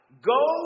Go